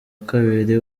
kabiri